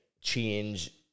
change